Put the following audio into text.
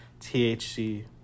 THC